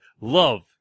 Love